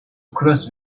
cross